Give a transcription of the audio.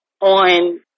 on